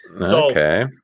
Okay